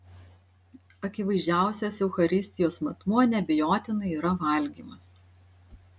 akivaizdžiausias eucharistijos matmuo neabejotinai yra valgymas